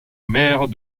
mère